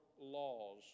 laws